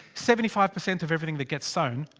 seventy five percent of everything that gets sown.